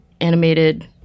animated